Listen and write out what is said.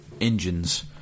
engines